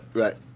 right